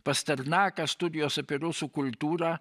pasternaką studijos apie rusų kultūrą